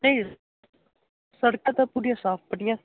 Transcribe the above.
ਅਤੇ ਸੜਕਾਂ ਤਾਂ ਪੂਰੀਆਂ ਸਾਫ਼ ਵਧੀਆ